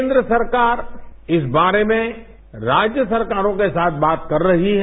केन्द्र सरकार इस बारे में राज्य सरकारों के साथ बात कर रही है